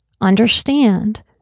Understand